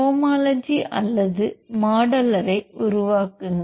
homology அல்லது மாடலரை உருவாக்குங்கள்